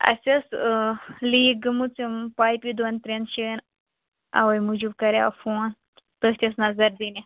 اَسہِ ٲس لیٖک گٔمٕژ یِم پایپہِ دۄن ترٛٮ۪ن جایَن اَوَے موٗجوٗب کَریو فون تٔتھۍ ٲسۍ نَظر دِنہِ